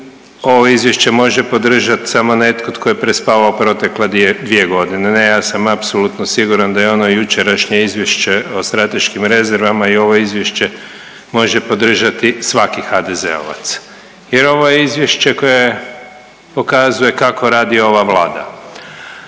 ovo izvješće može podržat samo netko tko je prespavao protekle 2.g.. Ne, ja sam apsolutno siguran da i ono jučerašnje izvješće o strateškim rezervama i ovo izvješća može podržati svaki HDZ-ovac jer ovo je izvješće koje pokazuje kako radi ova Vlada,